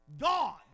Gone